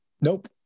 Nope